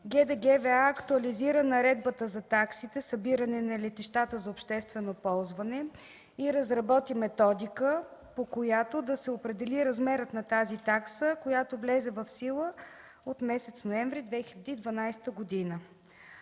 актуализира Наредбата за таксите, събирани на летищата за обществено ползване и разработи методика, по която да се определи размерът на тази такса, която влезе в сила от месец ноември 2012 г.